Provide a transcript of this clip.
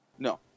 No